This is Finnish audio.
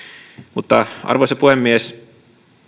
mutta arvoisa puhemies